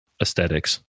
aesthetics